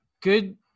good